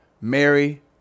Mary